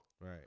Right